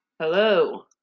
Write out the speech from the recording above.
Hello